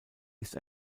ist